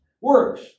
works